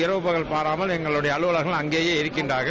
இரவு பகல் பாராமல் எங்கள் அலுவல்கள் அங்கேயே இருக்கிறா்கள்